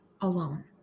alone